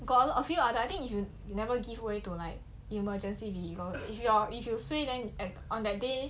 got a lot of you I mean if you never give way to like emergency vehicle right if you if you suay then like on that day